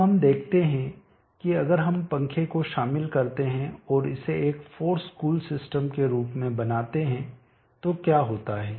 अब हम देखते हैं कि अगर हम पंखे को शामिल करते हैं और इसे एक फोर्स कूल सिस्टम के रूप में बनाते हैं तो क्या होता है